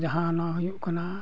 ᱡᱟᱦᱟᱸ ᱱᱚᱣᱟ ᱦᱩᱭᱩᱜ ᱠᱟᱱᱟ